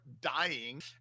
dying